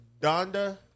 Donda